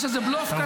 יש איזה בלוף כזה.